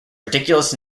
ridiculous